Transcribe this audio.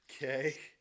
Okay